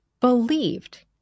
believed